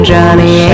Johnny